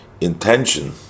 intention